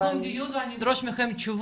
אני אוציא את הסיכום דיון ואני אדרוש מכם תשובות,